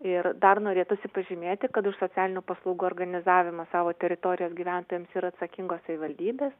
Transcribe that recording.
ir dar norėtųsi pažymėti kad už socialinių paslaugų organizavimą savo teritorijos gyventojams yra atsakingos savivaldybės